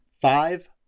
five